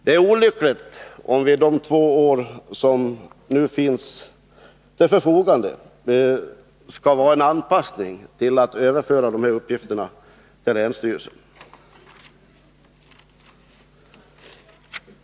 Det är olyckligt om de två år som nu finns till förfogande skall vara en tid av anpassning till överförande av de här uppgifterna till länsstyrelsen.